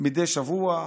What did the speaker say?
מדי שבוע,